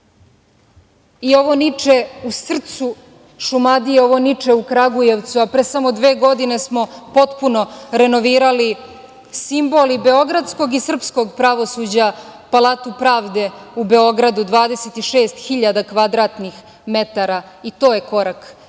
niče u srcu Šumadije, ovo niče u Kragujevcu, a pre samo dve godine smo potpuno renovirali simbol i beogradskog i srpskog pravosuđa, Palatu pravde u Beogradu, 26.000 kvadratnih metara. To je korak